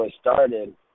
started